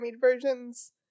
versions